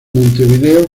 montevideo